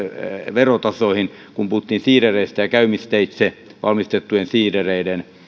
verotasoihin kun puhuttiin siidereistä ja käymisteitse valmistettujen siidereiden